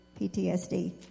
PTSD